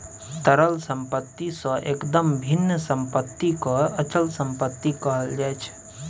तरल सम्पत्ति सँ एकदम भिन्न सम्पत्तिकेँ अचल सम्पत्ति कहल जाइत छै